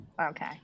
Okay